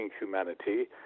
humanity